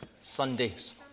Sundays